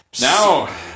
Now